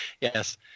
Yes